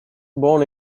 born